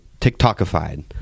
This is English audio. tiktokified